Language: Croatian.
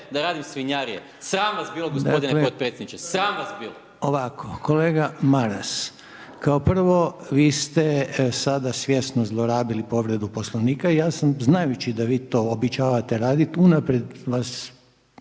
da radim svinjarije. Sram vas bilo gospodine potpredsjedniče, sram vas bilo. **Reiner, Željko (HDZ)** Ovako, kolega Maras, kao prvo vi ste sada svjesno zlorabili povredu Poslovnika i ja sam znajući da vi to običavate raditi unaprijed vas